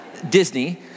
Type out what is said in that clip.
Disney